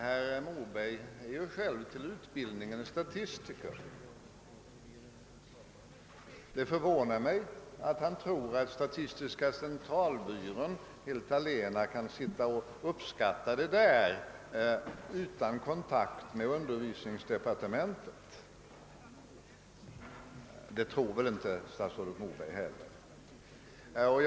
Herr Moberg är ju själv statistiker till utbildningen, och det förvånar mig att han tror att statistiska centralbyrån helt allena uppskattat detta utan kontakt med undervisningsdepartementet — det tror väl inte heller statsrådet Moberg.